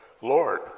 Lord